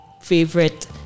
favorite